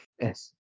Yes